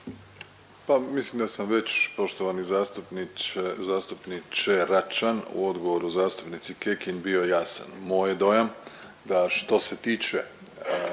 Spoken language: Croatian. Pa mislim da sam već poštovani zastupniče Račan u odgovoru zastupnici Kekin bio jasan. Moj je dojam da što se tiče